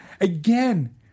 again